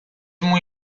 muy